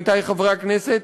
עמיתי חברי הכנסת,